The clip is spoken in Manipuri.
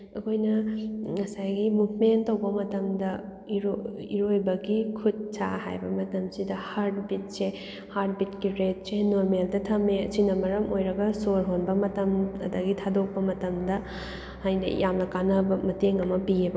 ꯑꯩꯈꯣꯏꯅ ꯉꯁꯥꯏꯒꯤ ꯃꯨꯞꯃꯦꯟ ꯇꯧꯕ ꯃꯇꯝꯗ ꯏꯔꯣꯏꯕꯒꯤ ꯈꯨꯠ ꯁꯥ ꯍꯥꯏꯕ ꯃꯇꯝꯁꯤꯗ ꯍꯥꯔꯠ ꯕꯤꯠꯁꯦ ꯍꯥꯔꯠ ꯕꯤꯠꯀꯤ ꯔꯦꯠꯁꯦ ꯅꯣꯔꯃꯦꯜꯗ ꯊꯝꯃꯦ ꯑꯁꯤꯅ ꯃꯔꯝ ꯑꯣꯏꯔꯒ ꯁꯣꯔ ꯍꯣꯟꯕ ꯃꯇꯝ ꯑꯗꯒꯤ ꯊꯥꯗꯣꯛꯄ ꯃꯇꯝꯗ ꯍꯥꯏꯅ ꯌꯥꯝꯅ ꯀꯥꯟꯅꯕ ꯃꯇꯦꯡ ꯑꯃ ꯄꯤꯌꯦꯕ